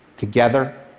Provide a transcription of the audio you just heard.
together,